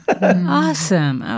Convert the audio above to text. Awesome